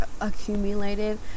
accumulated